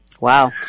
Wow